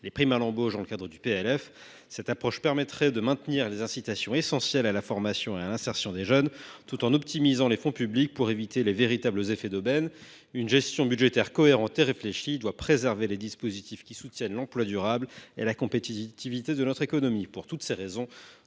les primes à l’embauche dans le cadre du PLF. Cette approche permettrait de maintenir les incitations essentielles à la formation et à l’insertion des jeunes tout en optimisant les fonds publics pour éviter les véritables effets d’aubaine. Une gestion budgétaire cohérente et réfléchie doit préserver les dispositifs qui soutiennent l’emploi durable et la compétitivité de notre économie. Pour toutes ces raisons,